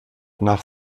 nach